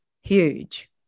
huge